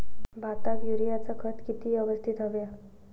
भाताक युरियाचा खत किती यवस्तित हव्या?